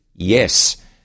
Yes